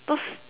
those